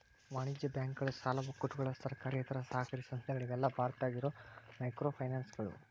ವಾಣಿಜ್ಯ ಬ್ಯಾಂಕುಗಳ ಸಾಲ ಒಕ್ಕೂಟಗಳ ಸರ್ಕಾರೇತರ ಸಹಕಾರಿ ಸಂಸ್ಥೆಗಳ ಇವೆಲ್ಲಾ ಭಾರತದಾಗ ಇರೋ ಮೈಕ್ರೋಫೈನಾನ್ಸ್ಗಳು